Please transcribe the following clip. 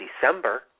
December